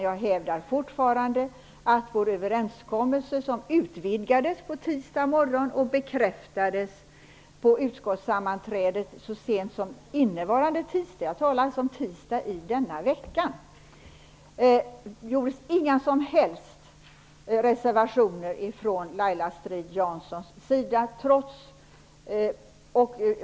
Jag hävdar fortfarande att vår överenskommelse vidgades på tisdag morgon och bekräftades på utskottssammanträdet så sent som innevarande tisdag -- jag talar om tisdag i denna vecka. Det gjordes inga som helst reservationer från Laila Strid-Janssons sida.